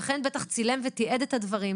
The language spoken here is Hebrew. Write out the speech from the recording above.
בטח אם השכן צילם ותיעד את הדברים.